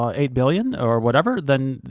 um eight billion or whatever, then,